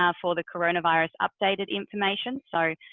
yeah for the coronavirus, updated information. so,